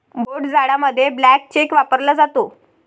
भोट जाडामध्ये blank cheque वापरला जातो